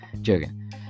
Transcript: joking